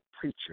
preacher